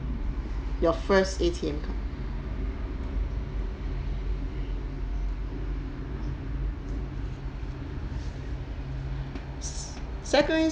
your first A_T_M card secondary